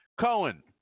Cohen